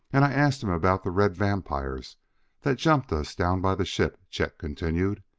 and i asked him about the red vampires that jumped us down by the ship, chet continued.